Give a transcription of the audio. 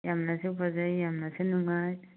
ꯌꯥꯝꯅꯁꯨ ꯐꯖꯩ ꯌꯥꯝꯅꯁꯨ ꯅꯨꯡꯉꯥꯏ